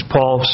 Paul